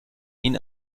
ihn